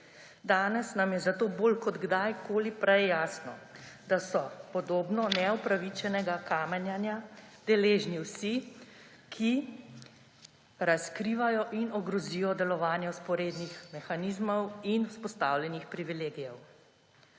Danes nam je zato bolj kot kdajkoli prej jasno, da so podobno neupravičenega kamenjanja deležni vsi, ki razkrivajo in ogrozijo delovanje vzporednih mehanizmov in vzpostavljenih privilegijev.